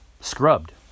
scrubbed